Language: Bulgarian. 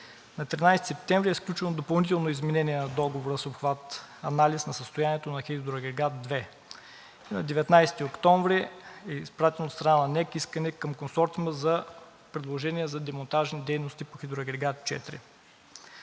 На 13 септември е сключено допълнително изменение на договора с обхват – анализ на състоянието на хидроагрегат 2. И на 19 октомври е изпратено от страна на НЕК искане към Консорциума за предложение за демонтажни дейности по хидроагрегат 4.